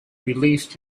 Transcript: released